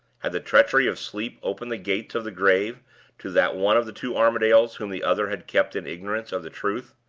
had the treachery of sleep opened the gates of the grave to that one of the two armadales whom the other had kept in ignorance of the truth?